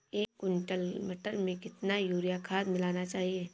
एक कुंटल मटर में कितना यूरिया खाद मिलाना चाहिए?